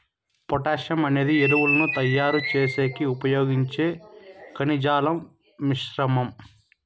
potassium అనేది ఎరువులను తయారు చేసేకి ఉపయోగించే ఖనిజాల మిశ్రమం